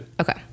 okay